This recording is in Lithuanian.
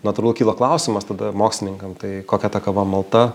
natūralu kyla klausimas tada mokslininkam tai kokia ta kava malta